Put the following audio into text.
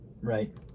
Right